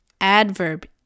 adverb